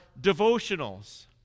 devotionals